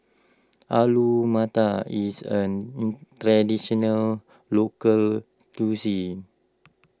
Alu Matar is an Traditional Local Cuisine